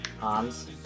Hans